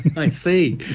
i see!